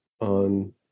on